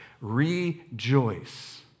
Rejoice